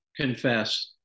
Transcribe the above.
confess